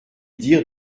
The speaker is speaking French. dire